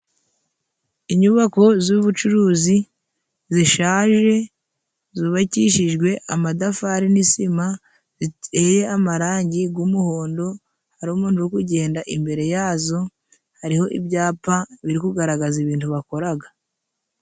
Inyubako z'ubucuruzi zishaje, zubakishijwe amatafari n'isima， ziteye amarangi g'umuhondo， hari umuntu uri kugenda imbere yazo， hariho ibyapa biri kugaragaza ibintu bakoraga.